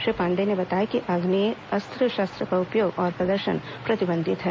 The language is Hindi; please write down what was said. श्री पाण्डेय ने बताया कि आग्नेय अस्त्र शस्त्र का उपयोग और प्रदर्शन प्रतिबंधित है